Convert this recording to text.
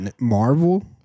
Marvel